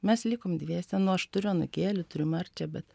mes likom dviese nu aš turiu anūkėlį turiu marčią bet